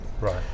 Right